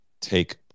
take